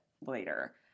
later